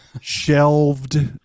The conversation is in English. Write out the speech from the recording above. shelved